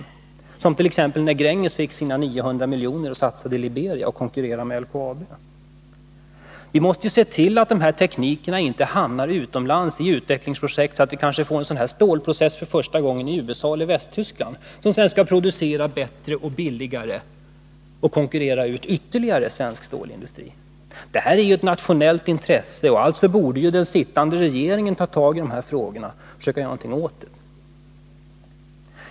Så var det t.ex. när Gränges satsade av sina 900 miljoner som man fick för LKAB i Liberia och konkurrerade med LKAB. Vi måste se till, att de här teknikerna inte hamnar utomlands i utvecklingsprojekt, så att vi kanske får en sådan här stålprocess för första gången i USA eller Västtyskland, som sedan skall producera bättre och billigare och konkurrera ut ytterligare svensk stålindustri. Detta är ett nationellt intresse, och den sittande regeringen borde alltså ta tag i de här frågorna och försöka göra någonting åt saken.